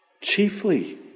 chiefly